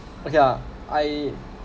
okay ah I